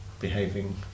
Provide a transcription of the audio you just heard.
behaving